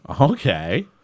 Okay